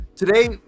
Today